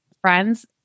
friends